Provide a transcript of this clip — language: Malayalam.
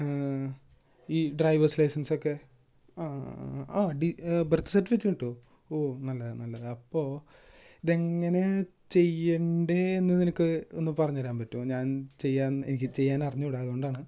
ഈ ഡ്രൈവേഴ്സ് ലൈസൻസൊക്കെ ഡീ ബെർത്ത് സർട്ടിഫിറ്റ് കിട്ടോ ഓ നല്ലത നല്ലത അപ്പോൾ ഇതെങ്ങനെ ചെയ്യണ്ടേന്ന് നിനക്ക് ഒന്ന് പറഞ്ഞ് തരാൻ പറ്റോ ഞാൻ ചെയ്യാം എനിക്ക് ചെയ്യാനാറിഞ്ഞൂടാ അതുകൊണ്ടാണ്